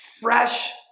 fresh